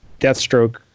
Deathstroke